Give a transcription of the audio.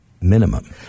Minimum